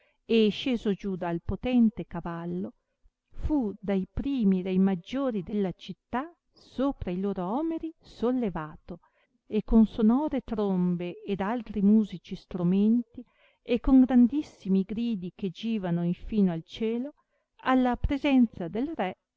e sceso giù dal potente cavallo fu dai primi e dai maggiori della città sopra i loro omeri sollevato e con sonore trombe ed altri musici stromenti e con grandissimi gridi che givano in fino al cielo alla presenza del re